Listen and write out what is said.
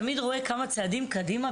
כי הוא תמיד רואה כמה צעדים קדימה.